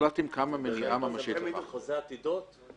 זולת אם כמה --- אתה חוזה עתידות?